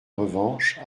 revanche